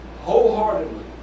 wholeheartedly